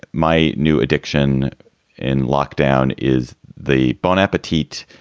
my new addiction in lockdown is the bon appetit.